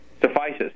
suffices